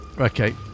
Okay